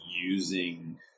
using